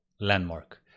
landmark